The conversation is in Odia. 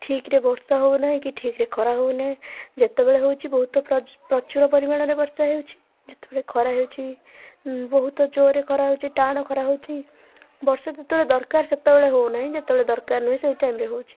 ଠିକରେ ବର୍ଷା ହଉନାହିଁ କି ଠିକରେ ଖରା ହଉନି ଯେତେବେଳେ ହେଉଛି ବହୁତ ପ୍ରଚୁର ପରିମାଣରେ ବର୍ଷା ହେଉଛି ଯେତେବେଳେ ଖରା ହେଉଛି ବହୁତ ଜୋରରେ ଖରା ହେଉଛି ଟାଣ ଖରା ହଉଛି ବର୍ଷା ଯେତେବେଳେ ଦରକାର ସେତେବେଳେ ହଉନାହିଁ ଯେତେବେଳେ ଦରକାର ନୁହେଁ ସେଇ ଟାଇମରେ ହେଉଛି